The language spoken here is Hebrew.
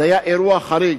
זה היה אירוע חריג,